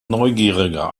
neugierige